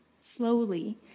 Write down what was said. slowly